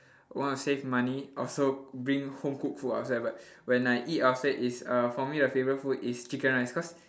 want to save money also bring home cooked food outside but when I eat outside is uh for me my favourite food is chicken rice cause